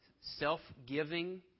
self-giving